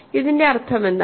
ഇതിന്റെ അർത്ഥമെന്താണ്